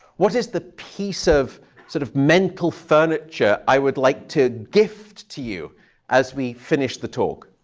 what is the piece of sort of mental furniture i would like to gift to you as we finish the talk?